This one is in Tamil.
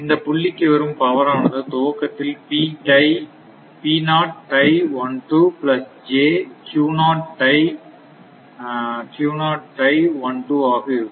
இந்தப் புள்ளிக்கு வரும் பவர் ஆனது துவக்கத்தில் ஆக இருக்கும்